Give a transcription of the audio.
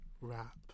wrap